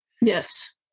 Yes